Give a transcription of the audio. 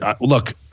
look